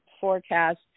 forecast